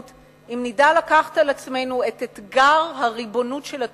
אם נדע לקחת על עצמנו את אתגר הריבונות של התודעה,